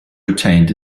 retained